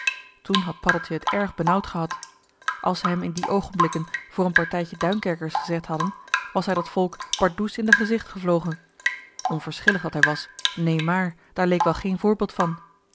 toen had paddeltje t erg benauwd gehad als ze hem in die oogenblikken voor een partijtje duinkerkers gezet hadden was hij dat volk pardoes in d'r gezicht gevlogen onverschillig dat hij was neemaar daar leek wel geen voorbeeld van